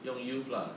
用 youth lah